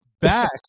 back